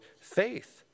faith